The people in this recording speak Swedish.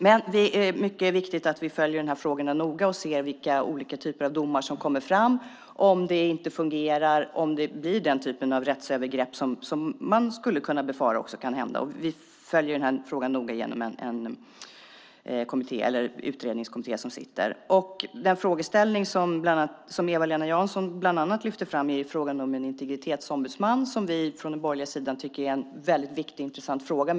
Men det är mycket viktigt att vi följer dessa frågor noga och ser vilka olika typer av domar som kommer fram, om det inte fungerar, om det blir den typ av rättsövergrepp som man skulle kunna befara kan hända. Vi följer frågan noga genom en utredningskommitté som sitter. Den frågeställning som Eva-Lena Jansson bland annat lyfte fram gäller en integritetsombudsman, och vi på den borgerliga sidan tycker att det är en väldigt viktig och intressant fråga.